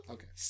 Okay